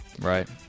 Right